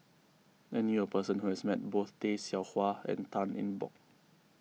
I knew a person who has met both Tay Seow Huah and Tan Eng Bock